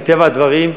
מטבע הדברים,